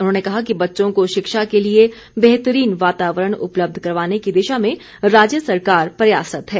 उन्होंने कहा कि बच्चों को शिक्षा के लिए बेहतरीन वातावरण उपलब्ध करवाने की दिशा में राज्य सरकार प्रयासरत्त है